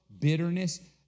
bitterness